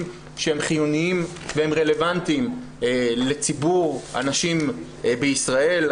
שהם חיוניים והם רלוונטיים לציבור הנשים בישראל,